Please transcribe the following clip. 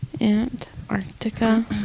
Antarctica